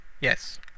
Yes